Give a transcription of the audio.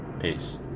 Peace